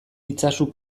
itzazu